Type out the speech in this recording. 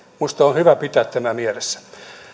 minusta on on hyvä pitää tämä mielessä